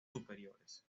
superiores